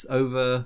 over